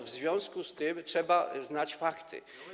W związku z tym trzeba znać fakty.